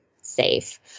safe